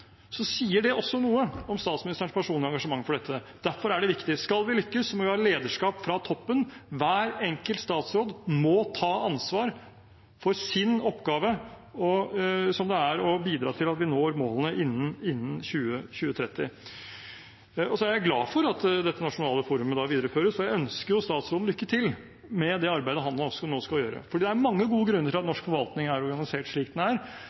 sier det også noe om statsministerens personlige engasjement for dette. Derfor er det viktig. Skal vi lykkes med å ha lederskap fra toppen, må hver enkelt statsråd ta ansvar for sin oppgave for å bidra til at vi når målene innen 2030. Jeg er glad for at dette nasjonale forumet videreføres, og jeg ønsker statsråden lykke til med det arbeidet han nå skal gjøre. Det er mange gode grunner til at norsk forvaltning er organisert slik den er.